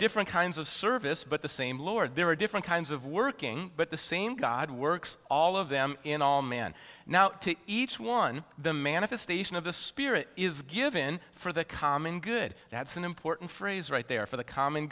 different kinds of service but the same lord there are different kinds of working but the same god works all of them in all man now to each one the manifestation of the spirit is given for the common good that's an important phrase right there for the common